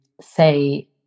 say